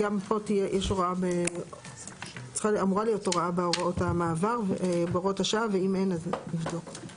גם פה אמורה להיות הוראה בהוראת השעה ואם אין אז נבדוק.